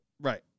right